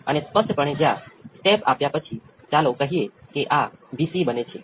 તમે જુઓ છો કે અહીં આ વિકલન સમીકરણ બરાબર આના જેવું જ છે ગુણાંક સમાન છે અને જમણી બાજુ સમાન છે